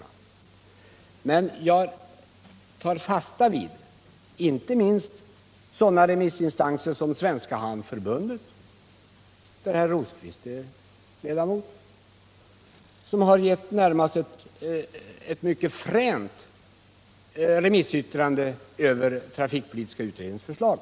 gifterna Jag tar fasta på inte minst sådana remissinstanser som Svenska hamnförbundet, vars styrelse herr Rosqvist är ledamot av, som har avgivit ett i det närmaste mycket fränt remissyttrande över trafikpolitiska utredningens förslag.